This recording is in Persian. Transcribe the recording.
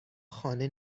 خانه